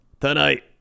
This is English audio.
tonight